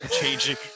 changing